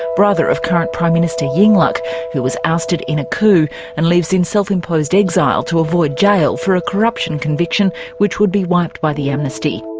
brother of current prime minister yingluck who was ousted in a coup and lives in self-imposed exile to avoid jail for a corruption conviction which would be wiped by the amnesty.